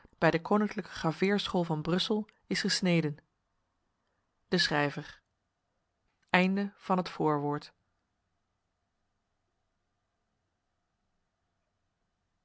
bij de koninklijke graveerschool van brussel is gesneden de schrijver